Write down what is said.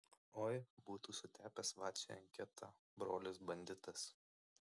oi būtų sutepęs vaciui anketą brolis banditas